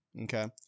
Okay